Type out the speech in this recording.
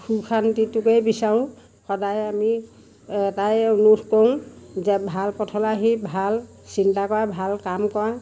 সুখ শান্তিটোকে বিচাৰোঁ সদায় আমি এটাই অনুৰোধ কৰোঁ যে ভাল পথলৈ আহি ভাল চিন্তা কৰা ভাল কাম কৰা